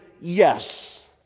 yes